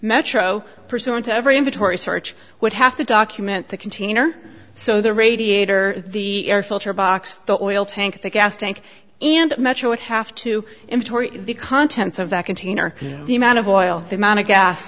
metro pursuant to every inventory search would have to document the container so the radiator the air filter box the oil tank the gas tank and metro would have to ensure the contents of that container the amount of oil the amount of gas